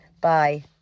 Bye